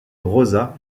rosa